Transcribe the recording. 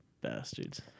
Bastards